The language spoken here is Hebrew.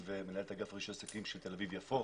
ומנהלת אגף רישוי עסקים של תל אביב-יפו.